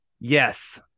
Yes